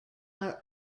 are